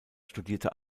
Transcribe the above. studierte